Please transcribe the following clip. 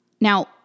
Now